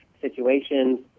situations